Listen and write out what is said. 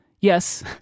Yes